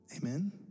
Amen